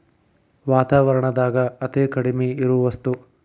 ವಾತಾವರಣದಾಗ ಅತೇ ಕಡಮಿ ಇರು ವಸ್ತು